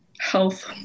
health